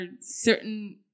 certain